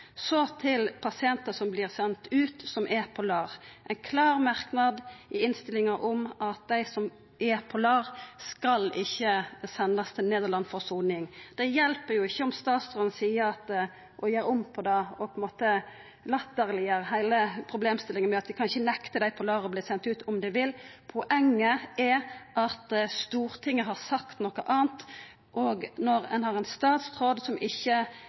Så til pasientar som vert sende ut, som er på LAR. Det er ein klar merknad i innstillinga om at dei som er på LAR, ikkje skal sendast til Nederland for soning. Det hjelper jo ikkje at statsråden gjer om på det og på ein måte latterleggjer heile problemstillinga ved å seia at ein kan ikkje nekta dei på LAR å verta sende ut om dei vil. Poenget er at Stortinget har sagt noko anna, og når ein har ein statsråd som ikkje